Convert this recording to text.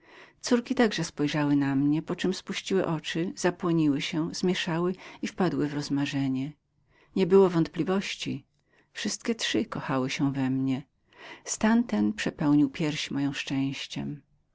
córki także spojrzały na mnie poczem spuściły oczy zapłoniły się zmięszały i wpadły w zamyślenie nie było wątpliwości wszystkie trzy kochały się we mnie stan ten przepełniał pierś moją szczęściem